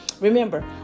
Remember